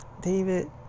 David